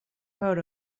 heard